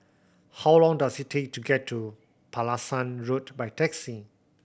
how long does it take to get to Pulasan Road by taxi